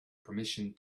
permission